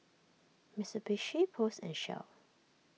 Mitsubishi Post and Shell